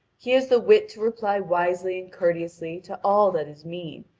he has the wit to reply wisely and courteously to all that is mean,